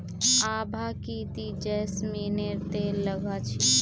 आभा की ती जैस्मिनेर तेल लगा छि